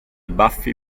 baffi